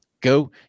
Go